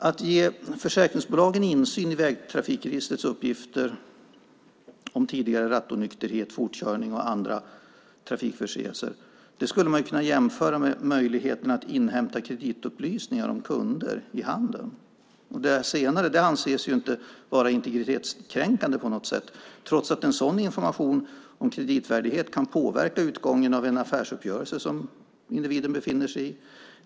Att ge försäkringsbolagen insyn i vägtrafikregistrets uppgifter om tidigare rattonykterhet, fortkörning och andra trafikförseelser skulle man kunna jämföra med möjligheten att inhämta kreditupplysningar om kunder i handeln. Det senare anses inte vara integritetskränkande på något sätt, trots att sådan information om kreditvärdighet kan påverka utgången av en affärsuppgörelse som individen befinner sig i.